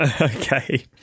Okay